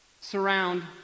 surround